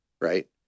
right